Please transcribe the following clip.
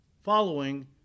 following